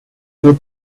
sit